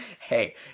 Hey